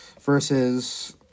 versus